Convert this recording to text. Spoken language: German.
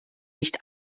nicht